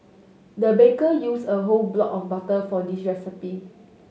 the baker used a whole block of butter for this recipe